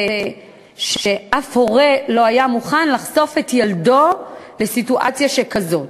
זה שאף הורה לא היה מוכן לחשוף את ילדו לסיטואציה שכזאת.